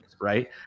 right